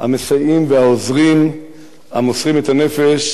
המוסרים את הנפש על שמירת